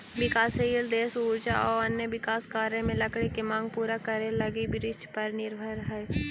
विकासशील देश ऊर्जा आउ अन्य विकास कार्य में लकड़ी के माँग पूरा करे लगी वृक्षपर निर्भर हइ